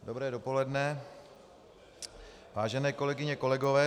Dobré dopoledne, vážené kolegyně, kolegové.